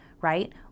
right